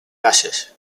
gases